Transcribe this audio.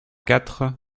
quatre